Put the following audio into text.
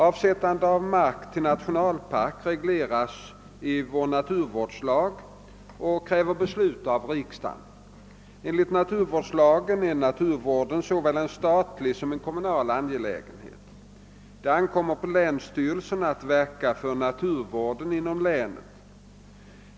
Avsättande av mark till nationalpark regleras i naturvårdslagen och kräver beslut av riksdagen. Enligt naturvårdslagen är naturvården såväl en statlig som en kommunal angelägenhet. Det ankommer på länsstyrelsen att verka för naturvården inom länet.